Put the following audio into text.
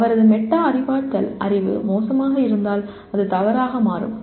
அவரது மெட்டா அறிவாற்றல் அறிவு மோசமாக இருந்தால் அது தவறாக மாறும்